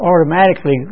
automatically